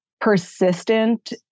persistent